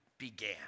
began